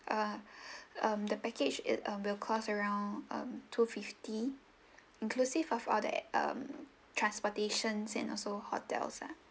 uh um the package it will cost around um two fifty inclusive of all the um transportations and also hotels lah